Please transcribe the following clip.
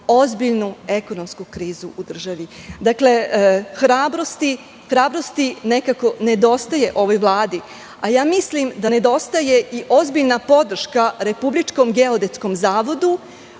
ozbiljnu ekonomsku krizu u državi. Dakle, hrabrost nekako nedostaje ovoj Vladi, a mislim da nedostaje i ozbiljna podrška Republičkom geodetskom zavodu